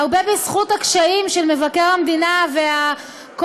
הרבה בזכות הקשיים של מבקר המדינה וכל